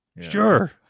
Sure